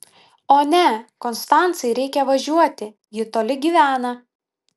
o ne konstancai reikia važiuoti ji toli gyvena